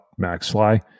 MaxFly